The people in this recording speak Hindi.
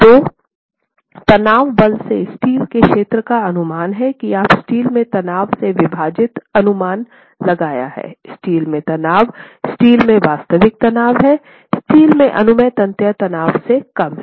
तो तनाव बल से स्टील के क्षेत्र का अनुमान है कि आप स्टील में तनाव से विभाजित अनुमान लगाया है स्टील में तनाव स्टील में वास्तविक तनाव है स्टील में अनुमेय तन्यता तनाव से कम हैं